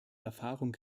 erfahrung